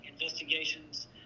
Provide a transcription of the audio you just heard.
Investigations